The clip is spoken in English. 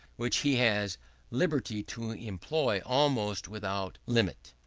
which he has liberty to employ almost without limit.